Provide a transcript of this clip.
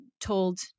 told